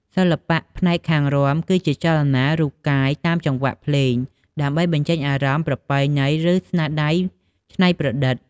សិល្បៈផ្នែកខាងរាំ គឺជាចលនារូបកាយតាមចង្វាក់ភ្លេង ដើម្បីបញ្ចេញអារម្មណ៍ ប្រពៃណី ឬស្នាដៃច្នៃប្រឌិត។